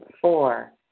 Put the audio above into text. Four